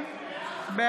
נגד בנימין נתניהו,